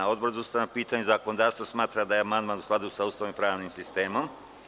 Odbor za ustavna pitanja i zakonodavstvo smatra da je amandman u skladu sa Ustavom i pravnim sistemom.